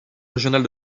régionale